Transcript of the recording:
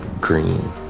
green